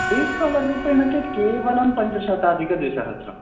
day scholar रूपेण चेत् केवलं पञ्चशताधिकद्विसहस्रं